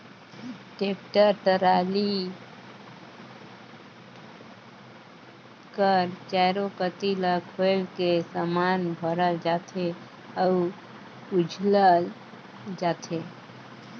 tractor trolley कर चाएरो कती ल खोएल के समान भरल जाथे अउ उझलल जाथे